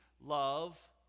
love